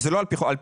זה לא על פי חוק.